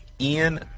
Ian